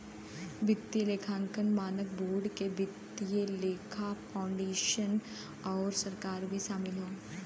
वित्तीय लेखांकन मानक बोर्ड में वित्तीय लेखा फाउंडेशन आउर सरकार भी शामिल हौ